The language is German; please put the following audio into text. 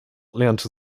lernte